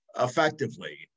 effectively